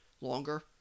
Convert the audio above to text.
longer